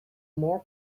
more